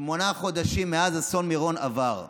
שמונה חודשים מאז אסון מירון עברו.